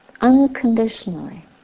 unconditionally